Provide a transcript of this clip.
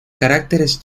caracteres